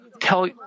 tell